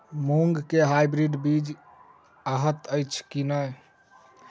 मूँग केँ हाइब्रिड बीज हएत अछि की नै?